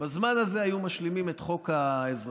בזמן הזה היו משלימים את חוק האזרחות